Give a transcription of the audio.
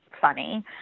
funny